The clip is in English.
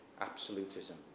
absolutism